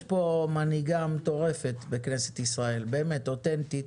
יש פה מנהיגה מטורפת בכנסת ישראל, באמת אותנטית,